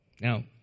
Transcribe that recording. Now